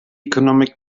economic